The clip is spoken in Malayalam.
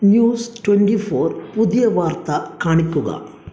ന്യൂസ് ട്വന്റി ഫോർ പുതിയ വാർത്ത കാണിക്കുക